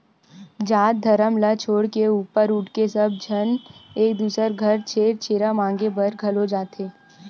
जात धरम ल छोड़ के ऊपर उठके सब झन एक दूसर घर छेरछेरा मागे बर घलोक जाथे